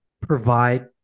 provide